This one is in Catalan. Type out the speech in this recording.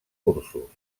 cursos